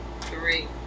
Three